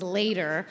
later